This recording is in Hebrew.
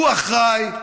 הוא אחראי,